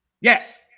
Yes